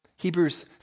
Hebrews